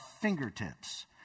fingertips